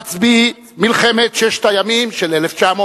מצביא מלחמת ששת הימים של 1967,